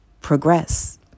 progress